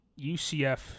UCF